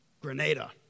Grenada